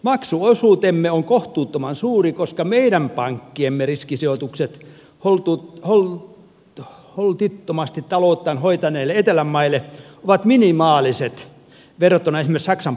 maksuosuutemme on kohtuuttoman suuri koska meidän pankkiemme riskisijoitukset holtittomasti talouttaan hoitaneille etelän maille ovat minimaaliset verrattuna esimerkiksi saksan pankkien riskeihin